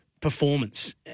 performance